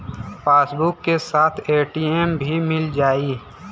Passbook के साथ ATM भी मील जाई?